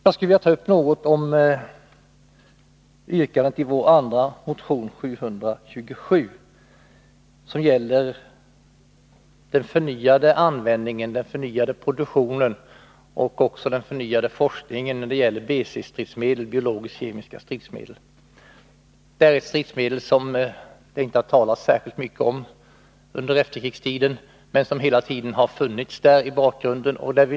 Jag skulle vilja något beröra yrkandet i vår andra motion, 727, som gäller den förnyade produktionen och forskningen rörande BC-stridsmedel, dvs. biologiska och kemiska stridsmedel. Dessa talades det inte särskilt mycket om under efterkrigstiden, men de har hela tiden funnits i bakgrunden.